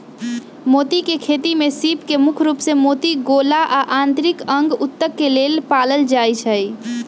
मोती के खेती में सीप के मुख्य रूप से मोती गोला आ आन्तरिक अंग उत्तक के लेल पालल जाई छई